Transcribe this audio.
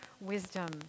wisdom